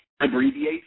Abbreviate